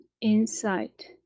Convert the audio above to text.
insight